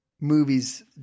movies